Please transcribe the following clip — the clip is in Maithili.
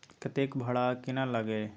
कतेक भाड़ा आ केना लागय ये?